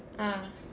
ah